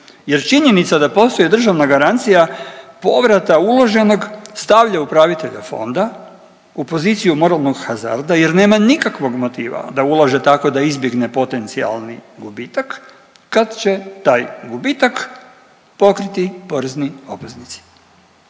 Jer činjenica da postoji državna garancija povrata uloženog stavlja upravitelja fonda u poziciju moralnog hazarda jer nema nikakvog motiva da ulaže tako da izbjegne potencijalni gubitak kad će taj gubitak pokriti porezni obveznici.